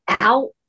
out